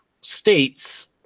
states